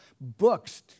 books